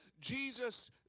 Jesus